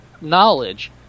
knowledge